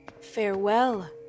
Farewell